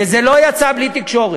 וזה לא יצא בלי תקשורת,